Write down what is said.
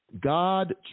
God